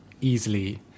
easily